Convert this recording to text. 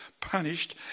punished